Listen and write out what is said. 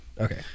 Okay